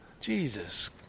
Jesus